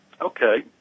okay